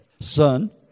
Son